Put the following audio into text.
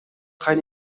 кайын